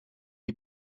die